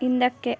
ಹಿಂದಕ್ಕೆ